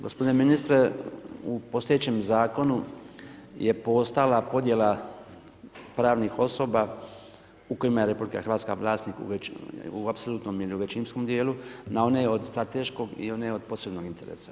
Gospodine ministre u postojećem zakonu je postojala podjela pravni osoba u kojima je RH vlasnik u apsolutnom ili u većinskom dijelu na one od strateškog i one od posebnog interesa.